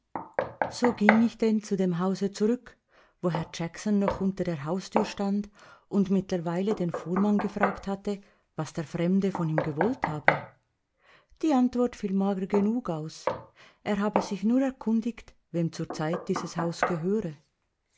so ging ich denn zu dem hause zurück wo herr jackson noch unter der haustür stand und mittlerweile den fuhrmann gefragt hatte was der fremde von ihm gewollt habe die antwort fiel mager genug aus er habe sich nur erkundigt wem zurzeit dieses haus gehöre